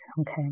Okay